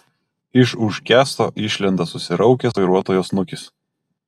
iš už kęsto išlenda susiraukęs vairuotojo snukis